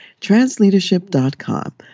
transleadership.com